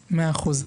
אוקיי, מאה אחוז.